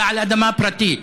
אלא על אדמה פרטית.